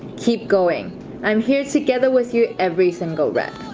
keep going i'm here together with you every single rep